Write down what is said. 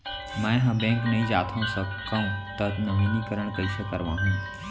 मैं ह बैंक नई जाथे सकंव त नवीनीकरण कइसे करवाहू?